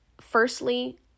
firstly